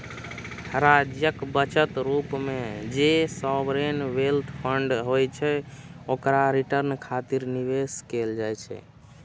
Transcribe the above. राज्यक बचत रूप मे जे सॉवरेन वेल्थ फंड होइ छै, ओकरा रिटर्न खातिर निवेश कैल जाइ छै